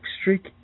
streak